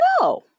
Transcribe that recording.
No